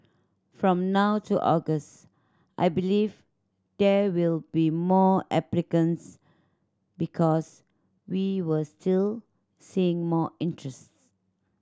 from now to August I believe there will be more applicants because we were still seeing more interests